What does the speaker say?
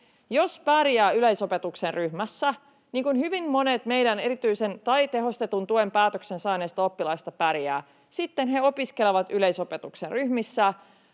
Jos pärjää yleisopetuksen ryhmässä, niin kuin hyvin monet meidän erityisen tai tehostetun tuen päätöksen saaneista oppilaista pärjäävät, sitten he opiskelevat yleisopetuksen ryhmissä